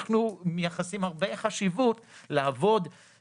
אנחנו מייחסים הרבה חשיבות לשתף את הציבור.